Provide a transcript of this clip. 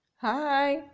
Hi